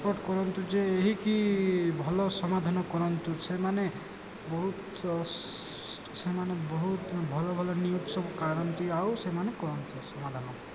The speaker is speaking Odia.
ରିପୋର୍ଟ୍ କରନ୍ତୁ ଯେ ଏହିକି ଭଲ ସମାଧାନ କରନ୍ତୁ ସେମାନେ ବହୁତ ସେମାନେ ବହୁତ ଭଲ ଭଲ ନ୍ୟୁଜ୍ ସବୁ କରନ୍ତି ଆଉ ସେମାନେ କରନ୍ତୁ ସମାଧାନ